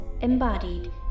Embodied